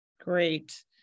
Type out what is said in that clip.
Great